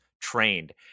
trained